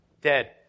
Dead